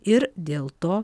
ir dėl to